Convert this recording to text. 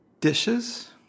Dishes